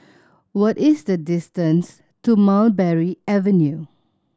what is the distance to Mulberry Avenue